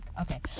Okay